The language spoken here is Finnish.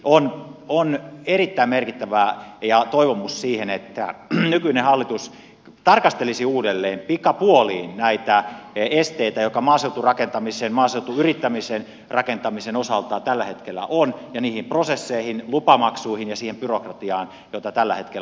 siksi on erittäin merkittävää ja toivomus siihen että nykyinen hallitus tarkastelisi uudelleen pikapuoliin näitä esteitä joita maaseuturakentamisen maaseutuyrittämisen rakentamisen osalta tällä hetkellä on ja niitä prosesseja lupamaksuja ja sitä byrokratiaa joita tällä hetkellä on